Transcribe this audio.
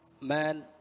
man